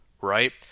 right